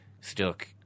stuck